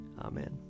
Amen